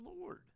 Lord